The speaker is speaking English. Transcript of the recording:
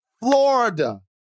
Florida